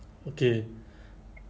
okay